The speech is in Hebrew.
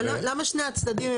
אבל למה שני הצדדים,